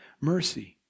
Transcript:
mercy